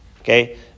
Okay